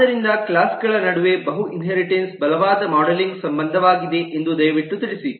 ಆದ್ದರಿಂದ ಕ್ಲಾಸ್ ಗಳ ನಡುವೆ ಬಹು ಇನ್ಹೇರಿಟೆನ್ಸ್ ಬಲವಾದ ಮಾಡೆಲಿಂಗ್ ಸಂಬಂಧವಾಗಿದೆ ಎಂದು ದಯವಿಟ್ಟು ತಿಳಿಸಿ